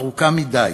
ארוכה מדי.